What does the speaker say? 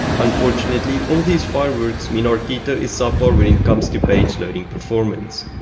unfortunately, all these fireworks mean arquito is subpar when it comes to page loading performance.